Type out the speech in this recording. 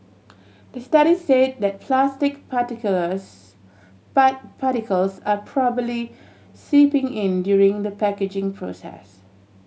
the study say that plastic particulars particles are probably seeping in during the packaging process